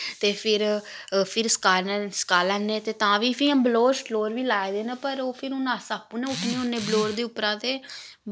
ते फिर फिर सकाई लैन्ने तां बी फ्ही इ'यां बलोह्र शलोह्र बी लाए दे न पर ओह् फिर हून अस आपूं गै निं उट्ठने होन्ने बलोह्र दे उप्परा ते